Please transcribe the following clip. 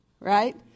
right